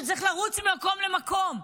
שצריך לרוץ ממקום למקום,